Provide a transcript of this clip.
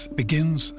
begins